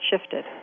shifted